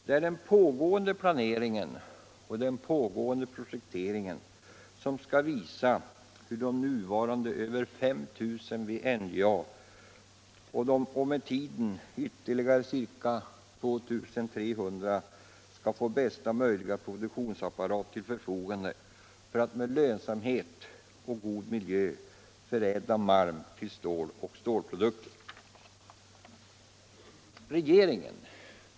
Det är den pågående planeringen och den pågående projekteringen som skall visa hur de nuvarande över 5 000 anställda vid NJA, och de med tiden ytterligare ca 2 300, skall få bästa möjliga produktionsapparat till förfogande för att med lönsamhet och god miljö förädla malm till stål och stålprodukter.